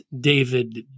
David